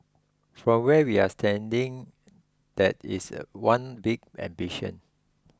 from where we're standing that is a one big ambition